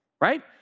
right